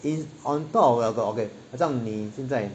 is on top of 好像你现在